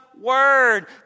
word